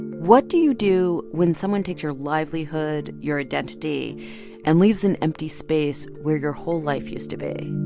what do you do when someone takes your livelihood, your identity and leaves an empty space where your whole life used to be?